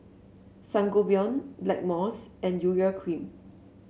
Sangobion Blackmores and Urea Cream